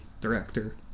director